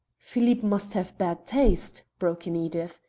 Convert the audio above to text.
phillippe must have bad taste, broke in edith.